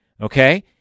okay